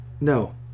No